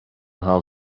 how